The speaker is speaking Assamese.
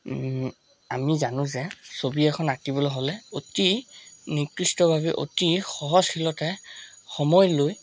আমি জানো যে ছবি এখন আঁকিবলৈ হ'লে অতি নিকৃষ্টভাৱে অতি সহজতে সময় লৈ